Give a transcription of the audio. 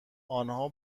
آنها